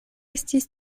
estis